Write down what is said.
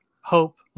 Hope